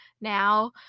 now